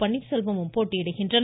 பன்னீர்செல்வமும் போட்டியிடுகின்றனர்